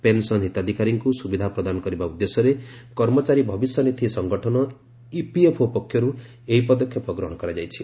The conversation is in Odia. ପେନ୍ସନ ହିତାଧିକାରୀଙ୍କୁ ସୁବିଧା ପ୍ରଦାନ କରିବା ଉଦ୍ଦେଶ୍ୟରେ କର୍ମଚାରୀ ଭବିଷ୍ୟନିଧି ସଂଗଠନ ଇପିଏଫ୍ଓ ପକ୍ଷରୁ ଏହି ପଦକ୍ଷେପ ଗ୍ରହଣ କରାଯାଇଛି